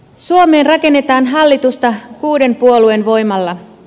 suomeen rakennetaan hallitusta kuuden puolueen voimalla